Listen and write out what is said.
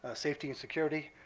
ah safety and security.